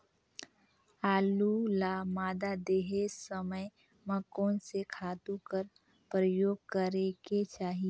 आलू ल मादा देहे समय म कोन से खातु कर प्रयोग करेके चाही?